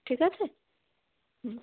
ঠিক আছে হুম